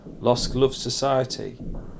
LostGlovesSociety